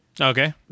Okay